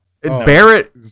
Barrett